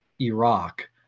Iraq